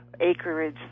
acreage